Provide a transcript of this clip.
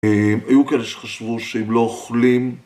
‫היו כאלה שחשבו שאם לא אוכלים...